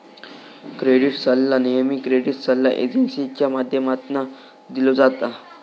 credit सल्ला नेहमी credit सल्ला एजेंसींच्या माध्यमातना दिलो जाता